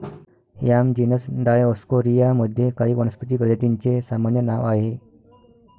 yam genus Dioscorea मध्ये काही वनस्पती प्रजातींचे सामान्य नाव आहे